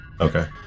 Okay